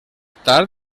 tard